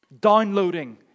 Downloading